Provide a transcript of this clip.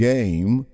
Game